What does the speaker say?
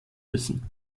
müssen